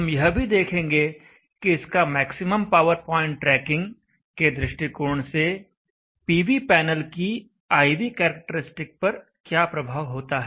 हम यह भी देखेंगे कि इसका मैक्सिमम पावर प्वाइंट ट्रैकिंग के दृष्टिकोण से पीवी पैनल की I V करैक्टरिस्टिक पर क्या प्रभाव होता है